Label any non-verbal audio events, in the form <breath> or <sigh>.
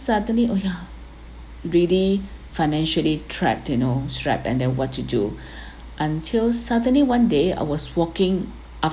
suddenly oh yeah really financially trapped you know strapped and then what to do <breath> until suddenly one day I was walking